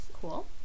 Cool